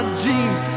jeans